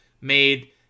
made